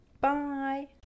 Bye